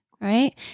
right